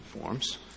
forms